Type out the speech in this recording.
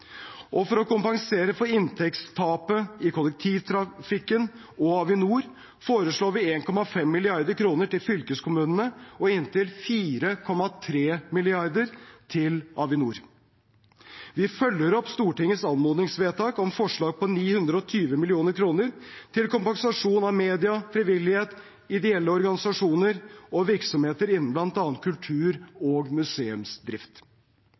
For å kompensere for inntektstapet i kollektivtrafikken og Avinor foreslår vi 1,5 mrd. kr til fylkeskommunene og inntil 4,3 mrd. kr til Avinor. Vi følger opp Stortingets anmodningsvedtak om forslag på 920 mill. kr til kompensasjon av medier, frivillighet, ideelle organisasjoner og virksomheter innen bl.a. kultur og museumsdrift.